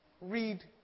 Read